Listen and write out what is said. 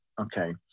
okay